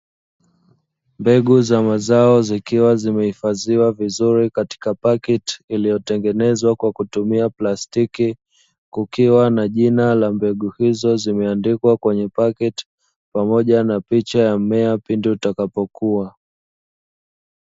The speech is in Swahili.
Mbegu za mazao zikiwa zimehifadhiwa vizuri katika pakiti iliyotengenezwa kwa kutumia plastiki, kukiwa na jina la mbegu hizo zimeandikwa kwenye paketi pamoja na picha ya mmea pindi utakapokua.